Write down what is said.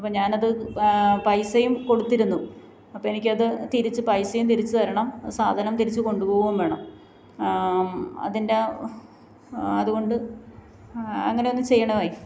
അപ്പോള് ഞാനത് പൈസയും കൊടുത്തിരുന്നു അപ്പോഴെനിക്കത് തിരിച്ച് പൈസയും തിരിച്ചു തരണം സാധനം തിരിച്ചുകൊണ്ടുപോവുകയും വേണം അതിൻ്റെ അതുകൊണ്ട് അങ്ങനെ ഒന്നു ചെയ്യണവേയ്